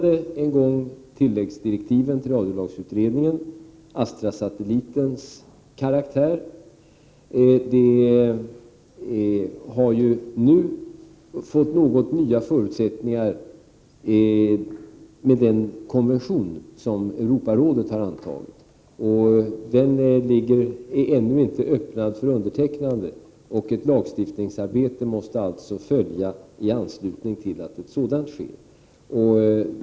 Det som en gång aktualiserade tilläggsdirektiven till radiolagsutredningen, Astra-satellitens karaktär, har nu fått något nya förutsättningar mot bakgrund av den konvention som Europarådet har antagit. Den är ännu inte öppnad för undertecknande. Ett lagstiftningsarbete måste alltså följa i anslutning till att ett sådant sker.